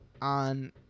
on